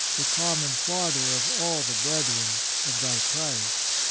the common father of all the brethren of thy christ.